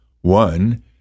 One